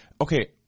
Okay